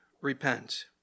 repent